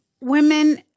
women